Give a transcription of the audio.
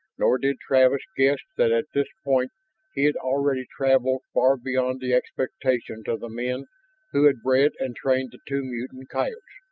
nor did travis guess that at this point he had already traveled far beyond the expectations of the men who had bred and trained the two mutant coyotes.